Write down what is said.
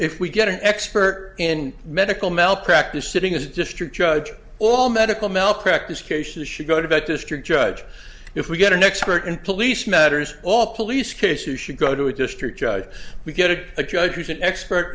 if we get an expert in medical malpractise sitting as a district judge all medical malpractise cases should go to that district judge if we get an expert in police matters all police case you should go to a district judge we get a judge who's an expert